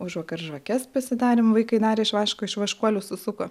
užvakar žvakes pasidarėm vaikai darė iš vaško iš vaškuolių susuko